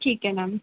ठीक है मैम